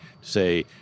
Say